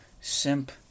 simp